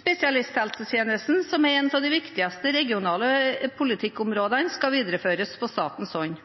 Spesialisthelsetjenesten, som er en av de viktigste regionale politikkområdene, skal videreføres på statens hånd.